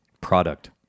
Product